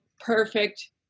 perfect